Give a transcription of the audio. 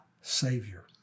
savior